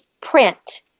print